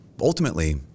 Ultimately